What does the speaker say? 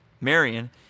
Marion